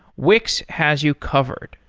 wix has you covered,